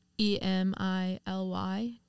E-M-I-L-Y